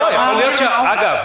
אגב,